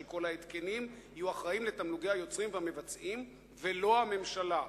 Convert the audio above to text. כל ההתקנים יהיו אחראים לתמלוגי היוצרים והמבצעים ולא הממשלה.